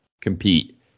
compete